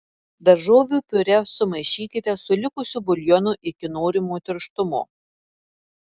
daržovių piurė sumaišykite su likusiu buljonu iki norimo tirštumo